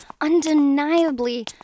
undeniably